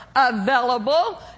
available